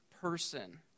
person